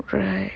right